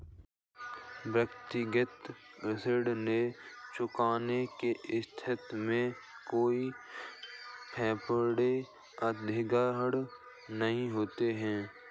व्यक्तिगत ऋण न चुकाने की स्थिति में कोई प्रॉपर्टी अधिग्रहण नहीं होता